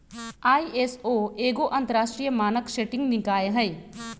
ISO एगो अंतरराष्ट्रीय मानक सेटिंग निकाय हइ